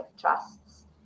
trusts